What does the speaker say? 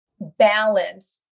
balance